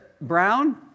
Brown